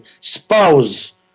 spouse